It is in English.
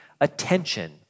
attention